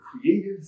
creative